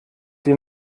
den